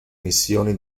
missioni